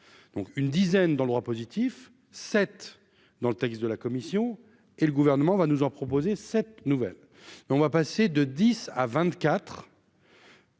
donc une dizaine dans le droit positif cette dans le texte de la commission et le gouvernement va nous en proposer cette nouvelle, on va passer de 10 à 24.